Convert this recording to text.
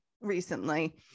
Recently